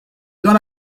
dans